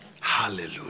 Hallelujah